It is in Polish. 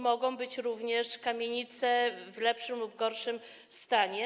Mogą to być również kamienice, w lepszym lub gorszym stanie.